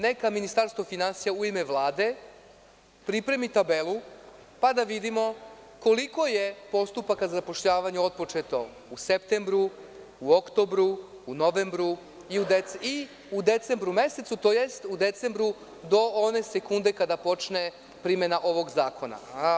Neka Ministarstvo finansija u ime Vlade pripremi tabelu pa da vidimo koliko je postupaka zapošljavanja otpočeto u septembru, u oktobru, u novembru, i u decembru mesecu, tj. u decembru do one sekunde kada počne primena ovog zakona.